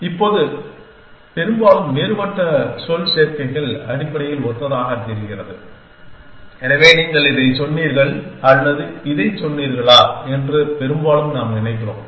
இப்போது பெரும்பாலும் வேறுபட்ட சொல் சேர்க்கைகள் அடிப்படையில் ஒத்ததாகத் தெரிகிறது எனவே நீங்கள் இதைச் சொன்னீர்கள் அல்லது இதைச் சொன்னீர்களா என்று பெரும்பாலும் நாம் நினைக்கிறோம்